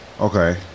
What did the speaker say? Okay